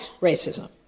racism